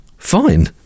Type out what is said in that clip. Fine